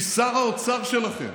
כי שר האוצר שלכם